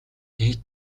ээж